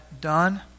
done